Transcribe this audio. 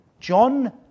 John